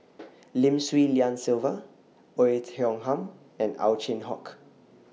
Lim Swee Lian Sylvia Oei Tiong Ham and Ow Chin Hock